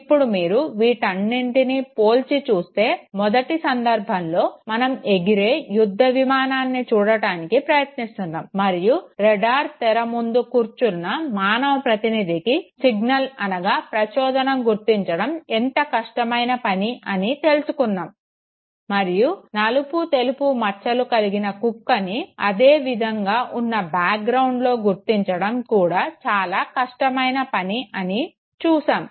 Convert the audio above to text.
ఇప్పుడు మీరు వీటన్నింటినీ పోల్చిచూస్తే మొదటి సంధర్భంలో మనం ఎగిరే యుద్ధ విమానాన్ని చూడడానికి ప్రయత్నిస్తున్నాము మరియు రాడార్ తెర ముందు కూర్చున్న మానవ ప్రతినిధికి సిగ్నల్ అనగా ప్రచోదనం గుర్తించడం ఎంత కష్టమైన పని అని తెలుసుకున్నాము మరియు నలుపు తెలుపు మచ్చలు కలిగిన కుక్కని అదే విధంగా ఉన్న బ్యాక్ గ్రౌండ్ లో గుర్తించడం కూడా కష్టమైన పని అని చూసాము